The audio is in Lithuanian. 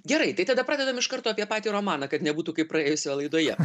gerai tai tada pradedam iš karto apie patį romaną kad nebūtų kaip praėjusioj laidoje